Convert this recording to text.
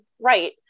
right